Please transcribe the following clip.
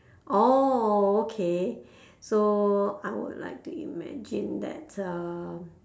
orh okay so I would like to imagine that uh